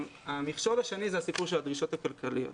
המכשול שני הוא הסיפור של הדרישות הכלכליות.